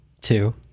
two